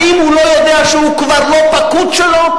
האם הוא לא יודע שהוא כבר לא פקוד שלו,